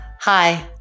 Hi